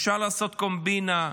אפשר לעשות קומבינה,